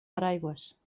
paraigües